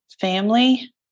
Family